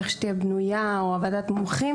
איך שתהיה בנויה או ועדת המומחים,